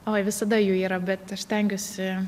oi visada jų yra bet aš stengiuosi